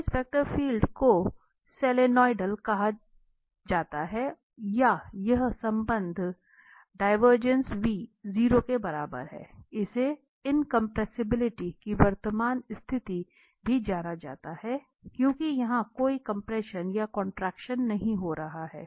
तो इस वेक्टर क्षेत्र को सोलेनोइडल कहा जाता है या यह संबंध div 0 के बराबर है इसे इनकंप्रेसिवबिल्टी की वर्तमान स्थिति भी जाना जाता है क्योंकि यहां कोई कम्प्रेशन या कॉन्ट्रैक्शन नहीं हो रहा है